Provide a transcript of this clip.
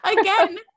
Again